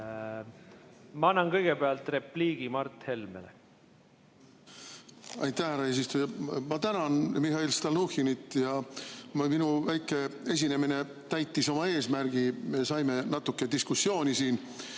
Ma annan kõigepealt repliigi Mart Helmele. Aitäh, härra eesistuja! Ma tänan Mihhail Stalnuhhinit! Minu väike esinemine täitis oma eesmärgi, me saime natuke diskussiooni siin.